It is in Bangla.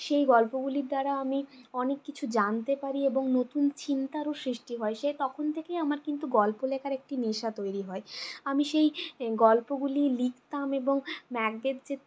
সেই গল্পগুলির দ্বারা আমি অনেক কিছু জানতে পারি এবং নতুন চিন্তারও সৃষ্টি হয় সেই তখন থেকেই আমার কিন্তু গল্প লেখার একটি নেশা তৈরি হয় আমি সেই গল্পগুলি লিখতাম এবং ম্যাকবেথ যে